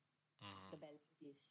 mmhmm